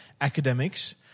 academics